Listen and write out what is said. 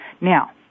Now